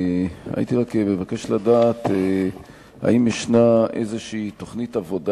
הייתי רק מבקש לדעת אם יש איזו תוכנית עבודה